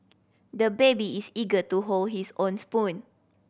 the baby is eager to hold his own spoon